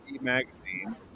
magazine